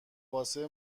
واسه